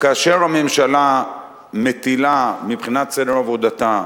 הממשלה מטילה, מבחינת סדר עבודתה,